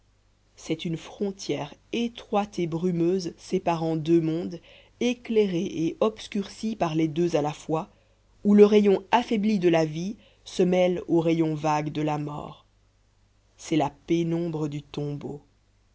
c'est une frontière étroite et brumeuse séparant deux mondes éclairée et obscurcie par les deux à la fois où le rayon affaibli de la vie se mêle au rayon vague de la mort c'est la pénombre du tombeau